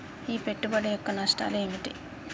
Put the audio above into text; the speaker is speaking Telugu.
ఈ పెట్టుబడి యొక్క నష్టాలు ఏమిటి?